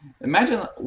imagine